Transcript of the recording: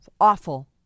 awful